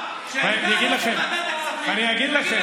חבר הכנסת אבידר וחבר הכנסת פורר,